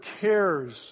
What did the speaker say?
cares